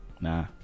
nah